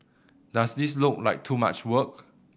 does this look like too much work